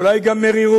אולי גם מרירות.